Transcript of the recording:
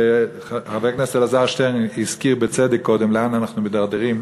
וחבר הכנסת אלעזר שטרן הזכיר קודם בצדק לאן אנחנו מידרדרים,